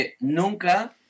nunca